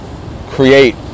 create